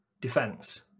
defense